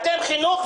אתם חינוך,